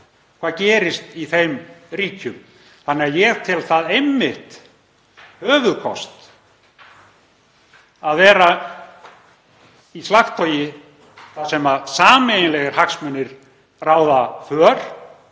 hvað gerist í þeim ríkjum. Ég tel það einmitt höfuðkost að vera í slagtogi þar sem sameiginlegir hagsmunir ráða för,